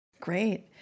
Great